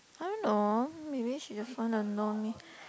I don't know maybe she just want to known